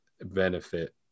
benefit